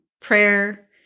prayer